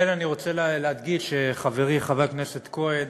כן, אני רוצה להדגיש, חבר הכנסת כהן,